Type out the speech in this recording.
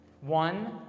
One